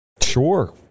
Sure